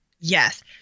Yes